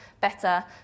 better